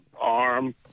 arm